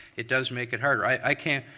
it does make it harder. i can't,